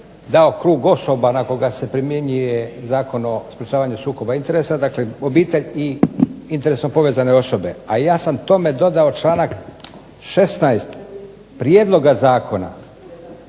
dao krug osoba na koga se primjenjuje Zakon o sprečavanju sukoba interesa, dakle obitelj i interesom povezane osobe. A ja sam tome dodao članak 16. prijedloga zakona